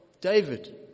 David